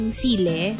sile